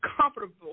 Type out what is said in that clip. comfortable